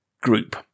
group